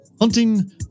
Hunting